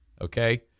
okay